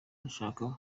dushaka